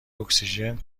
اکسیژن